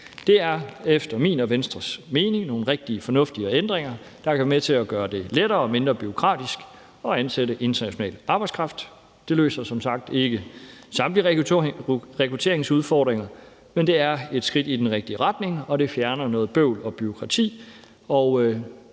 Det er efter min og Venstres mening nogle rigtig fornuftige ændringer, der kan være med til at gøre det lettere og mindre bureaukratisk at ansætte international arbejdskraft. Det løser som sagt ikke samtlige rekrutteringsudfordringer, men det er et skridt i den rigtige retning, og det fjerner noget bøvl og bureaukrati.